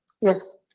Yes